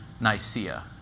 Nicaea